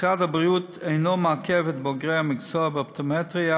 משרד הבריאות אינו מעכב את בוגרי המקצוע באופטומטריה